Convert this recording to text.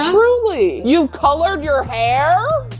truly. you colored your hair.